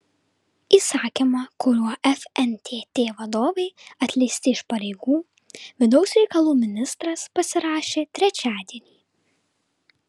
įsakymą kuriuo fntt vadovai atleisti iš pareigų vidaus reikalų ministras pasirašė trečiadienį